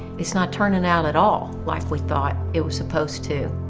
it's not turning out at all like we thought it was supposed to.